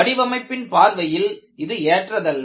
வடிவமைப்பின் பார்வையில் இது ஏற்றதல்ல